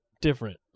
different